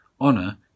Honor